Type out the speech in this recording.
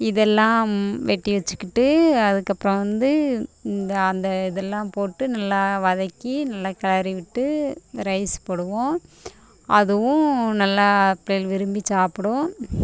இதெல்லாம் வெட்டி வெச்சுக்கிட்டு அதுக்கப்புறம் வந்து இந்த அந்த இதெல்லாம் போட்டு நல்லா வதக்கி நல்லா கிளறி விட்டு ரைஸ் போடுவோம் அதுவும் நல்லா பிள்ளைங்களு விரும்பி சாப்பிடும்